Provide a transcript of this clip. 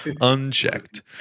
Unchecked